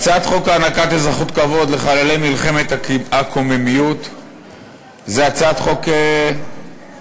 הצעת חוק הענקת אזרחות כבוד לחללי מלחמת הקוממיות היא הצעת חוק עבורנו,